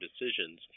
decisions